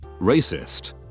racist